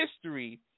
History